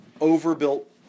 overbuilt